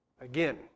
Again